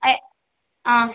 எ ஆ